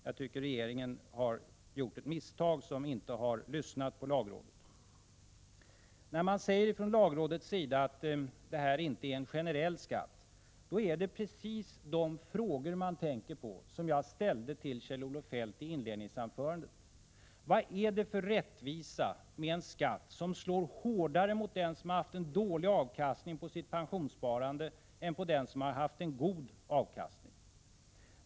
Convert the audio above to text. Jag tycker att regeringen har gjort ett misstag som inte har lyssnat på lagrådet. När man säger från lagrådets sida att det inte är en generell skatt, är det precis de frågor som jag ställde till Kjell-Olof Feldt i mitt inledningsanförande som man då tänker på. Vad är det för rättvisa med en skatt som slår hårdare mot den som haft en dålig avkastning på sitt pensionssparande än mot den som haft en god avkastning?